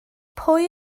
pwy